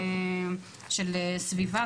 של סביבה,